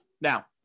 Now